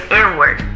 inward